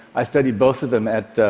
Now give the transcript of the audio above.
i studied both of them